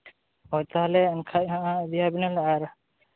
ᱦᱳᱭ ᱛᱟᱦᱚᱞᱮ ᱮᱱᱠᱷᱟᱱ ᱦᱟᱸᱜ ᱞᱟᱹᱭ ᱟᱹᱵᱤᱱᱟᱞᱮ ᱟᱨ